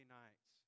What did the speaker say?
nights